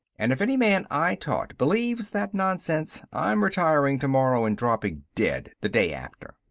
and, if any man i taught believes that nonsense, i'm retiring tomorrow and dropping dead the day after.